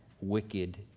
wicked